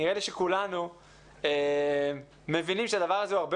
נראה לי שכולנו מבינים שהדבר הזה הרבה